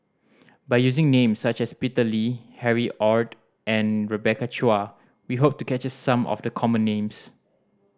by using names such as Peter Lee Harry Ord and Rebecca Chua we hope to capture some of the common names